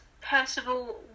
Percival